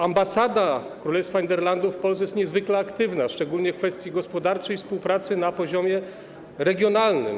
Ambasada Królestwa Niderlandów w Polsce jest niezwykle aktywna, szczególnie w kwestii gospodarczej współpracy na poziomie regionalnym.